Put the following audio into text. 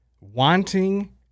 wanting